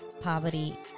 poverty